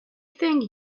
thank